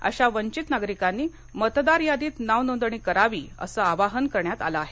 अशा वंचित नागरिकांनी मतदार यादीत नाव नोंदणी करावी असं आवाहन करण्यात आलं आहे